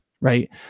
right